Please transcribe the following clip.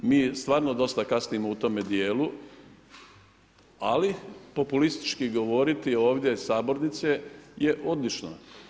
Mi stvarno dosta kasnimo u tome djelu, ali populistički govoriti ovdje iz sabornice je odlično.